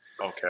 Okay